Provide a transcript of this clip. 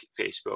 Facebook